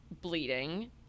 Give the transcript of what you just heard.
bleeding